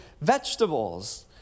vegetables